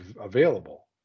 available